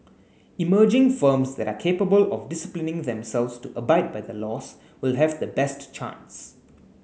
emerging firms that are capable of disciplining themselves to abide by the laws will have the best chance